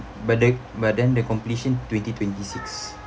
but the but then the completion twenty twenty six